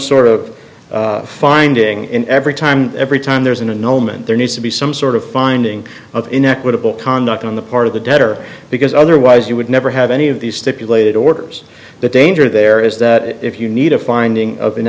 sort of finding every time every time there's an unknown and there needs to be some sort of finding of inequitable conduct on the part of the debtor because otherwise you would never have any of these stipulated orders the danger there is that if you need a finding